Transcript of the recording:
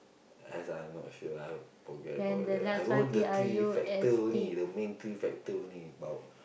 as I'm not sure I forget about that I know the three factor only the main three factor bout